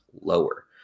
lower